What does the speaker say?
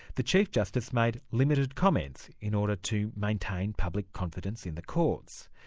the chief justice made limited comments in order to maintain public confidence in the courts.